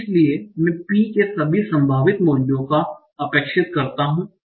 इसलिए मैं P के सभी संभावित मूल्यों पर अपेक्षित करता हूं